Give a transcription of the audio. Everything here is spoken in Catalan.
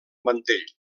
mantell